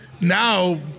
now